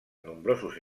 nombrosos